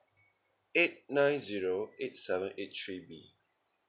eight nine zero eight seven eight three B